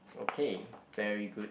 okay very good